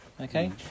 Okay